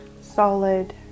solid